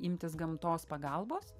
imtis gamtos pagalbos